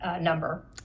number